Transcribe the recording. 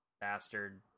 bastard